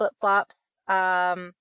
flip-flops